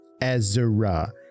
Ezra